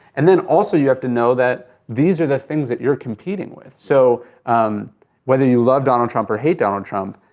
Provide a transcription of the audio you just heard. and then also, you have to know that these are the things that you're competing with, so whether you love donald trump or hate donald trump,